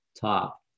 top